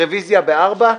רוויזיה ב-16:00.